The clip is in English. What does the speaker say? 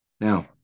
Now